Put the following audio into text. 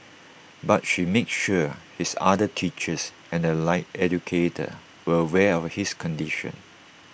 but she made sure his other teachers and the allied educator were aware of his condition